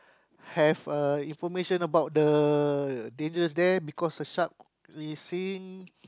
have a information about the dangers there because the shark is seen